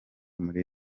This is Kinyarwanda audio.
muri